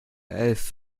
elf